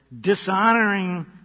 dishonoring